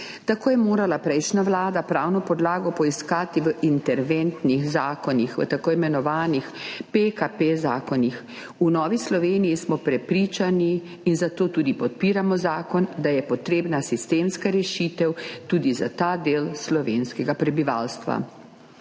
Tako je morala prejšnja vlada pravno podlago poiskati v interventnih zakonih, v tako imenovanih zakonih PKP. V Novi Sloveniji smo prepričani – in zato tudi podpiramo zakon – da je potrebna sistemska rešitev tudi za ta del slovenskega prebivalstva.